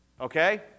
Okay